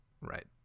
Right